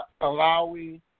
Alawi